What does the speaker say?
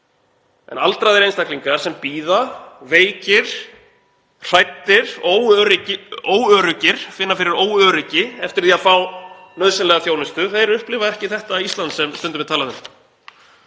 en aldraðir einstaklingar sem bíða veikir, hræddir, óöruggir, finna fyrir óöryggi um að fá nauðsynlega þjónustu, upplifa ekki þetta Ísland sem stundum er talað um.